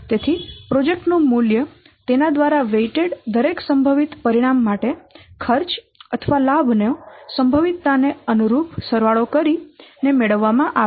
તેથી પછી પ્રોજેક્ટ નું મૂલ્ય તેના દ્વારા વેઈટેડ દરેક સંભવિત પરિણામ માટે ખર્ચ અથવા લાભ નો સંભવિતતાને અનુરૂપ સરવાળો કરીને મેળવવામાં આવે છે